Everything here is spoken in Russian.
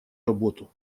работу